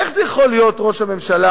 איך זה יכול להיות, ראש הממשלה,